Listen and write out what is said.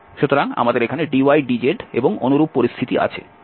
সুতরাং আমাদের এখানে dy dz এবং অনুরূপ পরিস্থিতি আছে